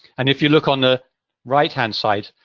and if you look on the righthand side,